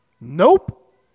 Nope